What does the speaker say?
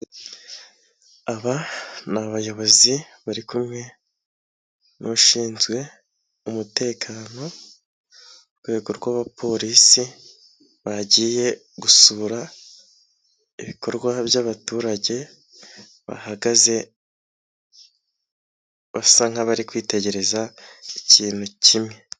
Aba ni abayobozi bari kumwe n'ushinzwe umutekano mu rwego rw'abapolisi bagiye gusura ibikorwa by'abaturage, bahagaze basa nk'abari kwitegereza ikintu kimwe.